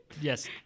Yes